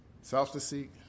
self-deceit